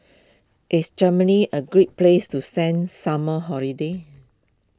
is Germany a great place to sent summer holiday